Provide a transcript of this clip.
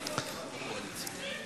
גם זה מותר,